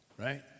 right